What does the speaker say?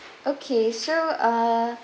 okay so uh